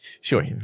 sure